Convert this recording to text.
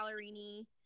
Ballerini